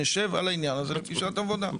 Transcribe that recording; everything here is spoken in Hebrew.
נשב על העניין הזה בפגישת עבודה.